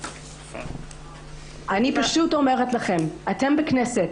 אתם בכנסת,